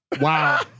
Wow